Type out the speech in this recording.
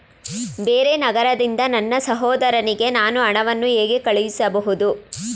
ಬೇರೆ ನಗರದಿಂದ ನನ್ನ ಸಹೋದರಿಗೆ ನಾನು ಹಣವನ್ನು ಹೇಗೆ ಕಳುಹಿಸಬಹುದು?